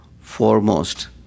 foremost